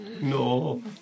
No